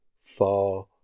far